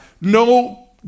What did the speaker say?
no